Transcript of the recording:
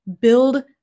build